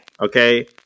okay